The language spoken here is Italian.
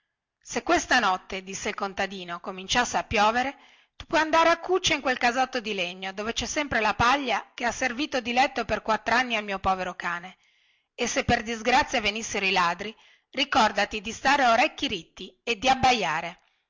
se questa notte disse il contadino cominciasse a piovere tu puoi andare a cuccia in quel casotto di legno dove cè sempre la paglia che ha servito di letto per quattranni al mio povero cane e se per disgrazia venissero i ladri ricordati di stare a orecchi ritti e di abbaiare